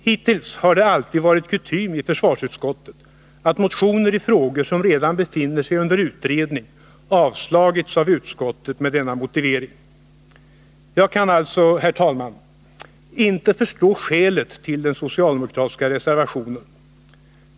Hittills har det varit kutym i försvarsutskottet att motioner i frågor som redan befinner sig under utredning avslagits av utskottet med denna motivering. Jag kan alltså, herr talman, inte förstå skälet till den socialdemokratiska reservationen.